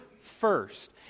first